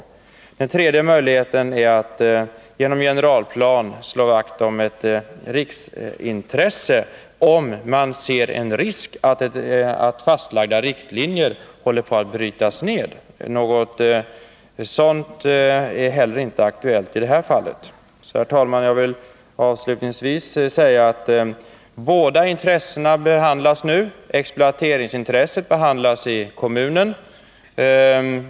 För det tredje kan man genom generalplan slå vakt om ett riksintresse, om man ser en risk för att fastlagda riktlinjer håller på att frångås. Något sådant är inte aktuellt i det här fallet. Herr talman! Jag vill avslutningsvis säga att båda intressena nu behandlas. Exploateringsintresset behandlas i kommunen.